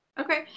okay